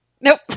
Nope